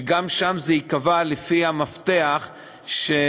שגם שם זה ייקבע לפי המפתח שמורכב,